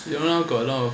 you know now got a lot of